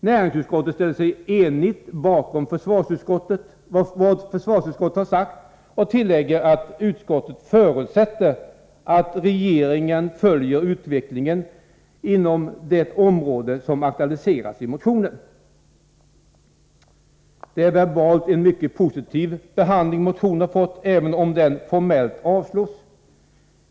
Näringsutskottet ställer sig enigt bakom vad försvarsutskottet har sagt och tillägger att utskottet förutsätter att regeringen följer utvecklingen inom det område som aktualiseras i motionen. Det är en verbalt mycket positiv behandling som motionen har fått, även om den formellt avstyrks.